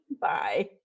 Bye